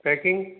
packing